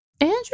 Andrew